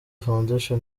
foundation